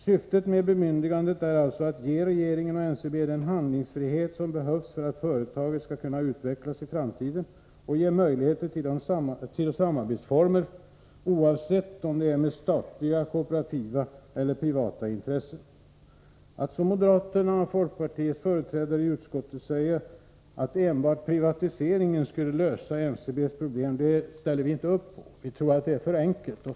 Syftet med bemyndigandet är alltså att ge regeringen och NCB den handlingsfrihet som behövs för att företaget skall kunna utvecklas i framtiden och att ge möjligheter till samarbetsformer, oavsett om det är med statliga, kooperativa eller privata intressen. Att som moderaterna och folkpartiets företrädare i utskottet säga att enbart privatiseringen skulle lösa NCB:s problem ställer vi inte upp på — vi tror att det är för enkelt.